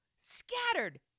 scattered